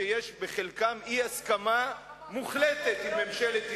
שבחלקן יש אי-הסכמה מוחלטת עם ממשלת ישראל.